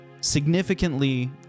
significantly